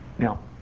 Now